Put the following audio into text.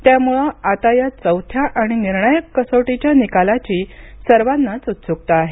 त्यामुळे आता या चौथ्या आणि निर्णायक कसोटीच्या निकालाची सर्वांनाच उत्सुकता आहे